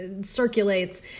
circulates